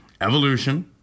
evolution